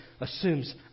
assumes